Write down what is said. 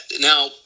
Now